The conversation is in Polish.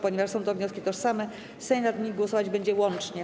Ponieważ są to wnioski tożsame, Sejm nad nimi głosować będzie łącznie.